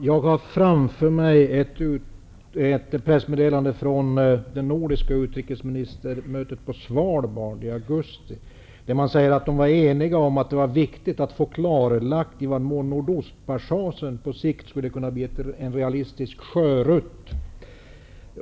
Herr talman! Jag har i min hand ett pressmeddelande från det nordiska utrikesministermötet på Svalbard i augusti, där man säger att det var enighet om att det var viktigt att få klarlagt i vad mån nordostpassagen på sikt skulle kunna bli en realistisk sjörutt.